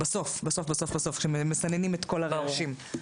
בסוף בסוף כאשר מסננים את כל הרעשים.